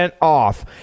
off